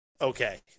okay